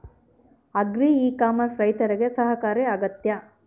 Agri e commerce ರೈತರಿಗೆ ಸಹಕಾರಿ ಆಗ್ತೈತಾ?